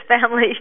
family